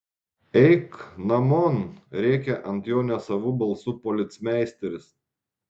eik namon rėkia ant jo nesavu balsu policmeisteris